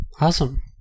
Awesome